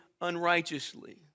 unrighteously